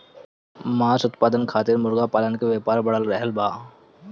मांस उत्पादन खातिर मुर्गा पालन के व्यापार बढ़ रहल बा